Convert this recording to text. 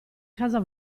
casa